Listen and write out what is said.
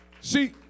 See